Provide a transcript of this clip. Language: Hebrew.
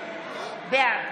בעד